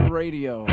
radio